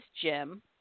Jim